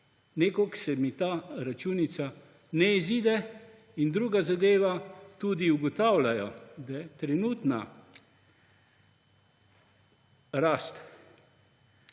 Nekako se mi ta računica ne izide. In druga zadeva. Ugotavljajo tudi, da je trenutna rast